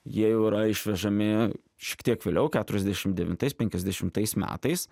jie jau yra išvežami šiek tiek vėliau keturiasdešim devintais penkiasdešimtais metais